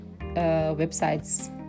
websites